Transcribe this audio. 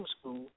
School